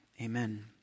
Amen